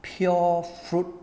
pure fruit